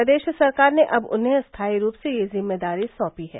प्रदेश सरकार ने अब उन्हें स्थायी रूप से यह जिम्मेदारी साँपी है